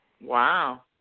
Wow